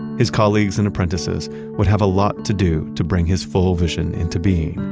his colleagues and apprentices would have a lot to do to bring his full vision into being